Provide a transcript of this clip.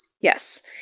Yes